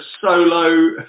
solo